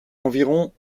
environ